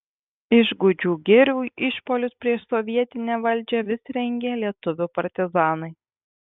iš gūdžių girių išpuolius prieš sovietinę valdžią vis rengė lietuvių partizanai